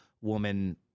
woman